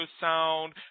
sound